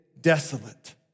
desolate